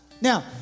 Now